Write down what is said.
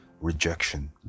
rejection